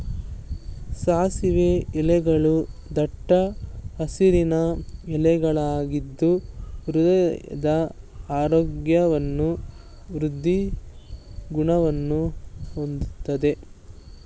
ಸಾಸಿವೆ ಎಲೆಗಳೂ ದಟ್ಟ ಹಸಿರಿನ ಎಲೆಗಳಾಗಿದ್ದು ಹೃದಯದ ಆರೋಗ್ಯವನ್ನು ವೃದ್ದಿಸೋ ಗುಣವನ್ನ ಹೊಂದಯ್ತೆ